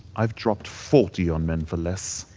i've dropped forty on men for less.